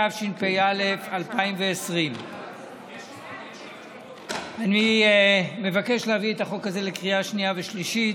התשפ"א 2020. אני מבקש להביא את החוק הזה לקריאה שנייה ושלישית.